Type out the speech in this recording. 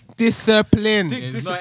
Discipline